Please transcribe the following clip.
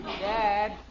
Dad